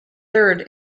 third